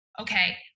okay